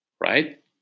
right